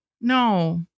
No